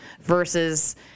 versus